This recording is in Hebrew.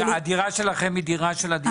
הדירה שלכם היא דירה של הדיור הציבורי?